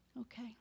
Okay